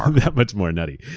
um that much more nutty.